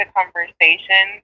conversation